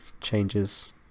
changes